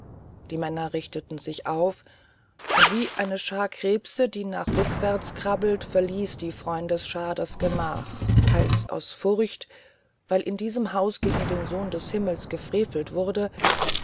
die männer richteten sich auf und wie eine schar krebse die nach rückwärts krabbelt verließ die freundesschar das gemach teils aus furcht weil in diesem haus gegen den sohn des himmels gefrevelt wurde